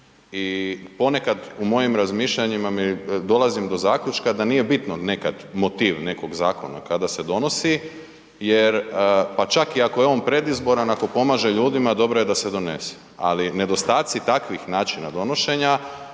i ponekad u mojim razmišljanjima dolazim do zaključka da nije bitno nekad motiv nekog zakona kada se donosi jer pa čak i ako je on predizboran, ako pomaže ljudima, dobro je da se donese ali nedostaci takvih načina donošenja